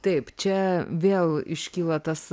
taip čia vėl iškyla tas